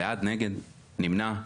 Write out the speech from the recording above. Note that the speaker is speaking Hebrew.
בעד, נגד, נמנע?